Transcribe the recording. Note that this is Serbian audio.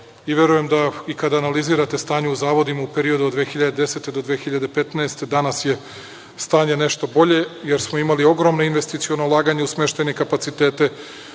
i verujem i kada analizirate stanje u zavodima u periodu od 2010. do 2015. godine, danas je stanje nešto bolje, jer smo imali ogromna investiciona ulaganja u smeštajne kapacitete